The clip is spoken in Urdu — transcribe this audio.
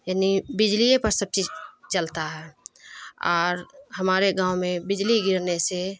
یعنی بجلیے پر سب چیز چلتا ہے اور ہمارے گاؤں میں بجلی گرنے سے